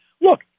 Look